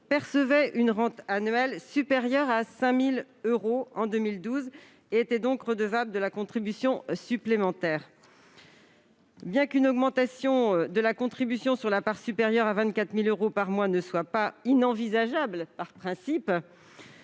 percevaient une rente annuelle supérieure à 5 000 euros en 2012 et étaient donc redevables de la contribution supplémentaire. Bien qu'une augmentation de la contribution sur la partie supérieure à 24 000 euros par mois ne soit pas inenvisageable par principe,